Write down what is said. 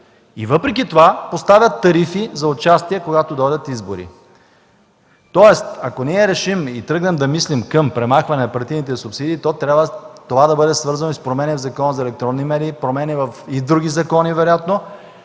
И въпреки това поставят тарифи за участие, когато дойдат избори. Следователно, ако ние решим и тръгнем да мислим за премахване на партийните субсидии, то това трябва да бъде свързано с промени в Закона за електронните медии и вероятно в други закони, които